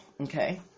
Okay